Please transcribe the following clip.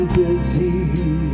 busy